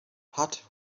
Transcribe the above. hutt